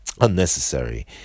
Unnecessary